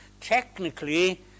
technically